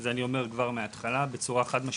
את זה אני אומר כבר בהתחלה בצורה חד משמעית.